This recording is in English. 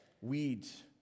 weeds